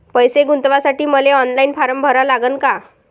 पैसे गुंतवासाठी मले ऑनलाईन फारम भरा लागन का?